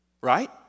right